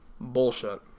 Bullshit